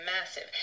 massive